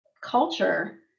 culture